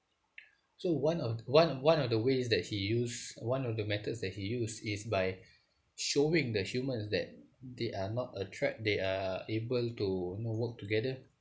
so one of one one of the ways that he used one of the methods that he used is by showing the humans that they are not a threat they are able to you know work together